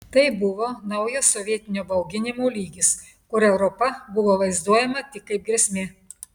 tai buvo naujas sovietinio bauginimo lygis kur europa buvo vaizduojama tik kaip grėsmė